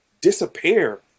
disappear